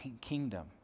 kingdom